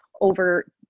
over